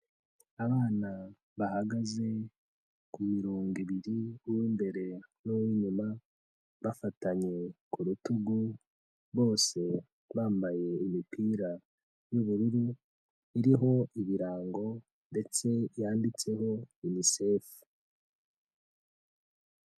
Abana bahagaze ku mirongo ibiri, uw'imbere n'uw'inyuma, bafatanye ku rutugu, bose bambaye imipira y'ubururu, iriho ibirango ndetse yanditseho UNICEF.